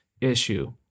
issue